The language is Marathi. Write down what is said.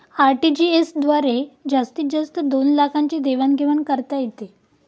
आर.टी.जी.एस द्वारे जास्तीत जास्त दोन लाखांची देवाण घेवाण करता येते